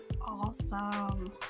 Awesome